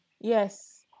Yes